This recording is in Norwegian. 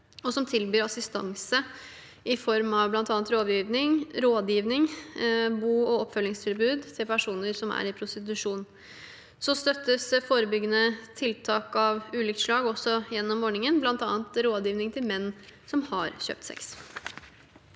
og som tilbyr assistanse i form av bl.a. rådgivning og boog oppfølgingstilbud til personer i prostitusjon. Videre støttes forebyggende tiltak av ulikt slag også gjennom ordningen, bl.a. rådgivning til menn som har kjøpt sex.